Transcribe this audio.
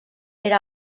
era